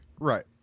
Right